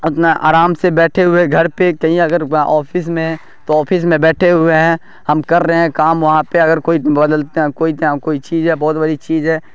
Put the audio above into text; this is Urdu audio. اپنا آرام سے بیٹھے ہوئے گھر پہ کہیں اگر آفس میں ہیں تو آپھس میں بیٹھے ہوئے ہیں ہم کر رہے ہیں کام وہاں پہ اگر کوئی بدلتے ہیں کوئی کوئی چیز ہے بہت بڑی چیز ہے